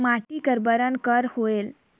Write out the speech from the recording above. माटी का बरन कर होयल?